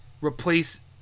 Replace